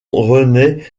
rennais